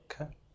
Okay